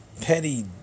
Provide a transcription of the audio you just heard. Petty